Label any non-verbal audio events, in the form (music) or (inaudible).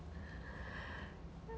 (breath)